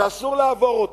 אסור לעבור אותם.